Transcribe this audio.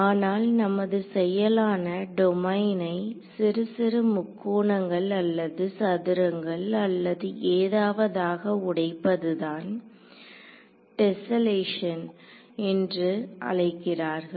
ஆனால் நமது செயலான டொமைனை சிறுசிறு முக்கோணங்கள் அல்லது சதுரங்கள் அல்லது ஏதாவதாக உடைப்பது தான் டெஸ்ஸெலேக்ஷன் என்று அழைக்கிறார்கள்